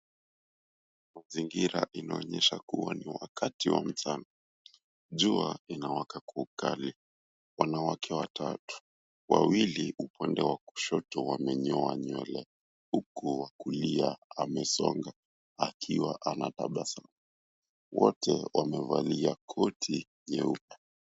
Mazingira inaonyesha kuwa ni wakati wa mchana jua linawaka kwa ukali wanawake watatu wawili uko upande wa kushoto amenyo nywele huku wakulia amesonga wakiwa wanatabasamu wato te wamevaas kiti nyeupe